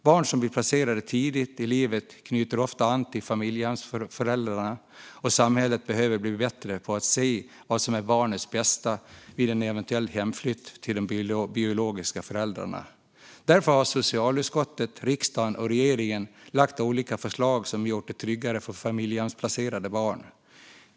Barn som blir placerade tidigt i livet knyter ofta an till familjehemsföräldrarna, och samhället behöver bli bättre på att se vad som är barnets bästa vid en eventuell hemflytt till de biologiska föräldrarna. Därför har socialutskottet, riksdagen och regeringen lagt fram olika förslag som har gjort det tryggare för familjehemsplacerade barn.